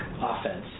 offense